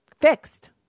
fixed